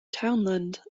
townland